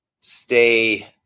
stay